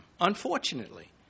unfortunately